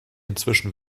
inzwischen